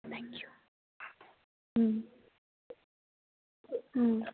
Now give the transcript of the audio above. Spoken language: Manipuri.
ꯎꯝ ꯎꯝ